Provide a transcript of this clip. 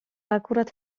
akurat